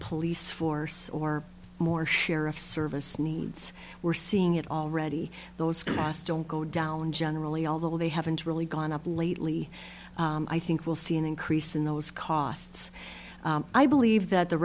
police force or more sheriff's service needs we're seeing it already those costs don't go down generally although they haven't really gone up lately i think we'll see an increase in those costs i believe that the